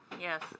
Yes